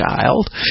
child